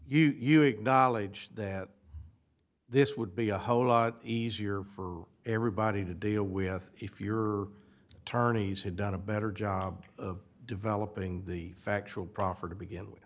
you you acknowledge that this would be a whole lot easier for everybody to deal with if your attorneys had done a better job of developing the factual proffer to begin with